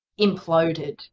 imploded